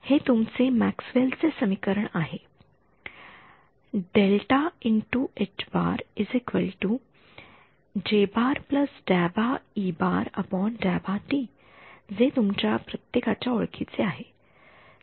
हे तुमचे मॅक्सवेल चे समीकरण आहे जे तुमच्या प्रत्येकाच्या ओळखीचे आहे